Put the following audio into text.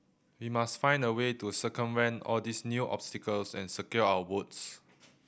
we must find a way to circumvent all these new obstacles and secure our votes